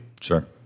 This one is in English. sure